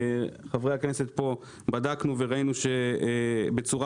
אנחנו חברי הכנסת בדקנו וראינו בצורה